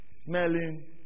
smelling